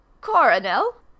Coronel